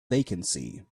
vacancy